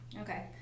Okay